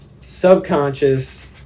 subconscious